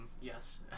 yes